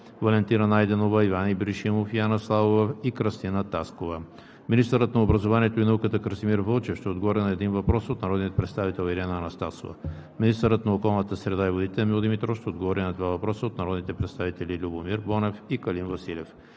Валентина Найденова, Иван Ибришимов и Анна Славова; и Кръстина Таскова. 5. Министърът на образованието и науката Красимир Вълчев ще отговори на един въпрос от народния представител Ирена Анастасова. 6. Министърът на околната среда и водите Емил Димитров ще отговори на два въпроса от народните представители Любомир Бонев; и Калин Василев.